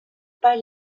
pas